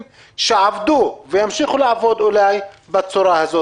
שעבדו וימשיכו לעבוד אולי בצורה הזאת.